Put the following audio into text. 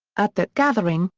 at that gathering,